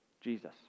Jesus